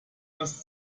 was